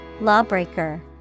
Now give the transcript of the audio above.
Lawbreaker